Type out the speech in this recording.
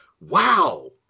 Wow